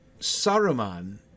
Saruman